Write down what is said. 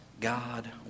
God